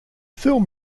film